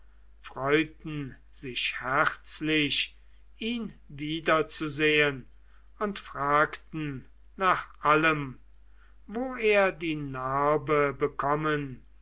freuten sich herzlich ihn wiederzusehen und fragten nach allem wo er die narbe bekommen